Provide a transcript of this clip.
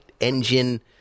engine